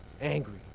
angry